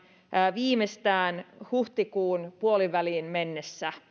viimeistään huhtikuun puoliväliin mennessä